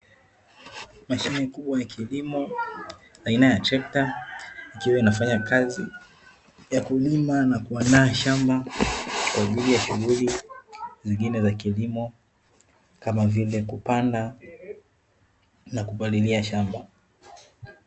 Mashine kubwa ya kilimo aina ya trekta, ikiwa inafanya kazi ya kulima na kuandaaa shamba kwaajili ya shughuli zingne za kilimo kama vile kupanda na kupalilia shamba.